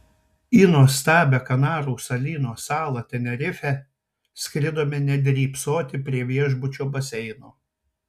į nuostabią kanarų salyno salą tenerifę skridome ne drybsoti prie viešbučio baseino